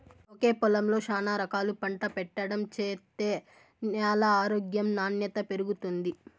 ఒకే పొలంలో శానా రకాలు పంట పెట్టడం చేత్తే న్యాల ఆరోగ్యం నాణ్యత పెరుగుతుంది